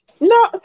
No